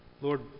Lord